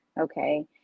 Okay